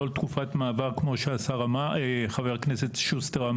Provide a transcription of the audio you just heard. תקופת מעבר כמו שאמר חבר הכנסת שוסטר.